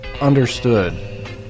understood